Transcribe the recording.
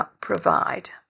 provide